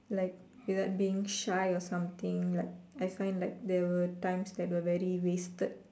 like without being shy or something like I find like there were times that were very wasted